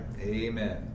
Amen